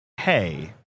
hey